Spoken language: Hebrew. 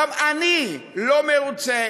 גם אני לא מרוצה